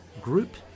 group